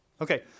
Okay